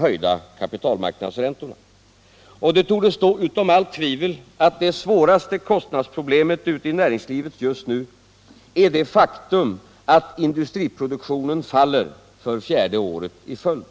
höjda kapitalmarknadsräntor. Och det torde stå utom allt tvivel att det svåraste kostnadsproblemet ute i näringslivet just nu är det faktum att industriproduktionen faller för fjärde året i följd.